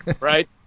Right